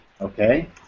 Okay